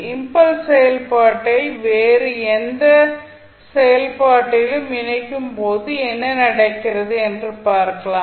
impulse செயல்பாட்டை வேறு எந்த செயல்பாட்டிலும் இணைக்கும் போது என்ன நடக்கிறது என்று பார்க்கலாம்